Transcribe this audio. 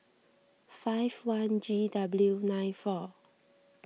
five one G W nine four